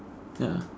ya